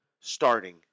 starting